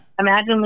Imagine